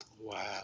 Wow